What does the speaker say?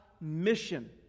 mission